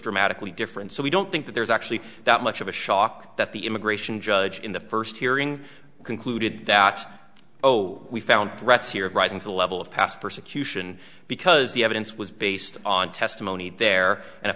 dramatically different so we don't think that there's actually that much of a shock that the immigration judge in the first hearing concluded that oh we found threats here of rising to the level of past persecution because the evidence was based on testimony there and